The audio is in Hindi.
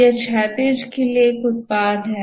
यह क्षैतिज के लिए एक उत्पाद है